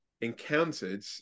encountered